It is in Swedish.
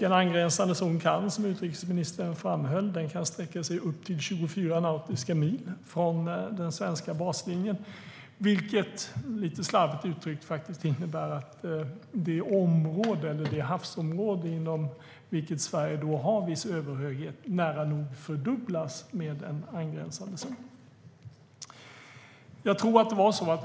En angränsande zon kan, som utrikesministern framhöll, sträcka sig upp till 24 nautiska mil från den svenska baslinjen, vilket lite slarvigt uttryckt innebär att det havsområde inom vilket Sverige har viss överhöghet nära nog fördubblas med en angränsande zon.